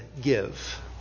give